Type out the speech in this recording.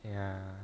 ya